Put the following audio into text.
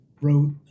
wrote